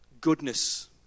goodness